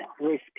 risk